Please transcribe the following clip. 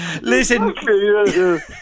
Listen